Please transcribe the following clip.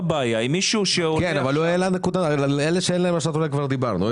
על אלה שאין להם אשרת עולה כבר דיברנו.